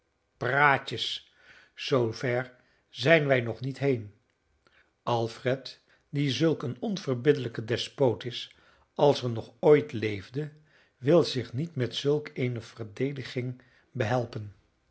praatjes zoover zijn wij nog niet heen alfred die zulk een onverbiddelijke despoot is als er nog ooit leefde wil zich niet met zulk eene verdediging behelpen